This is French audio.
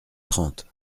trente